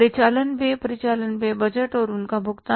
परिचालन व्यय परिचालन व्यय बजट और उनका भुगतान